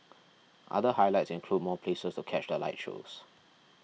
other highlights include more places to catch the light shows